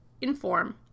inform